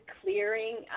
clearing